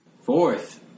Fourth